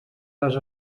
les